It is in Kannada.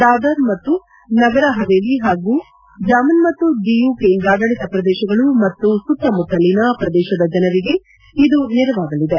ದಾದರ್ ಮತ್ತು ನಗರ ಹಾವೆಲಿ ಹಾಗೂ ಡಾಮನ್ ಮತ್ತು ಡಿಯು ಕೇಂದ್ರಡಾಳಿತ ಪ್ರದೇಶಗಳು ಮತ್ತು ಸುತ್ತಮುತ್ತಲಿನ ಪ್ರದೇಶದ ಜನರಿಗೆ ಇದು ನೆರವಾಗಲಿದೆ